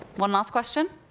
one last question?